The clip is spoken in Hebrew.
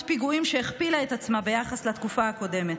הפיגועים הכפילה את עצמה ביחס לתקופה הקודמת,